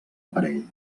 aparell